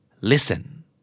Listen